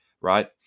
Right